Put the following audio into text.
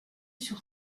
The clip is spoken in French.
sur